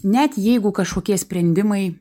net jeigu kažkokie sprendimai